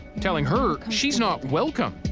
telling her she's not welcome.